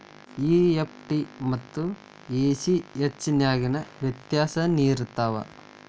EFT ಮತ್ತ ACH ನ್ಯಾಗಿನ್ ವ್ಯೆತ್ಯಾಸೆನಿರ್ತಾವ?